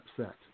upset